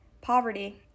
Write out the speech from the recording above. poverty